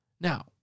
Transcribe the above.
Now